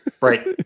right